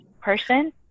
person